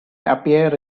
appear